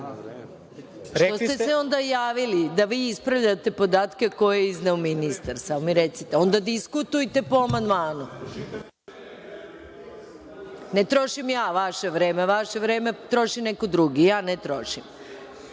Što ste se onda javili, da vi ispravljate podatke koje je izneo ministar? Onda, diskutujte po amandmanu. Ne trošim ja vaše vreme, vaše vreme troši neko drugi. Znači, da li